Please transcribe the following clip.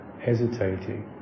hesitating